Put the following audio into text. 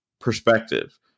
perspective